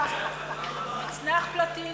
מצנח פלטיניום.